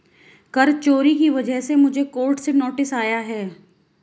कर चोरी की वजह से मुझे कोर्ट से नोटिस आया है